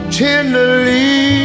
tenderly